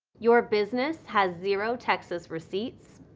your business has zero texas receipts.